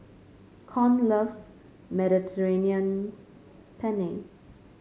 Con loves Mediterranean Penne